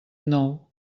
nou